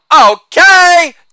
Okay